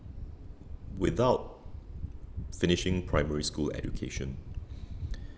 without finishing primary school education